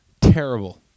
Terrible